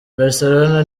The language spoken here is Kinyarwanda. barcelona